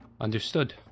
Understood